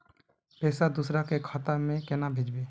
पैसा दूसरे के खाता में केना भेजबे?